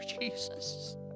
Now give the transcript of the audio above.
Jesus